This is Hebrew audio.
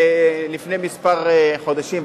לפני כמה חודשים,